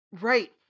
Right